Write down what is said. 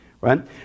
right